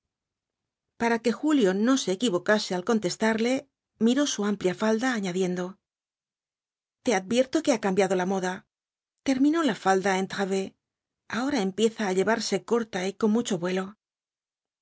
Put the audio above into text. para que julio no se equivocase al contestarle miró su amplia falda añadiendo te advierto que ha cambiado la moda terminó la falda entravé ahora empieza á llevarse corta y con mucho vuelo